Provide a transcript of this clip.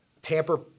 tamper